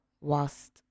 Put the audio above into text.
whilst